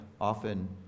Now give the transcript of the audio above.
often